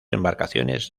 embarcaciones